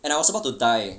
and I was about to die